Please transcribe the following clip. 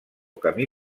camí